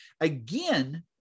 again